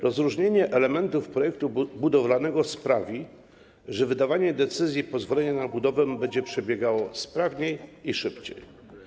Rozróżnienie elementów projektu budowlanego sprawi, że wydawanie decyzji, pozwolenia na budowę będzie przebiegało sprawniej i szybciej.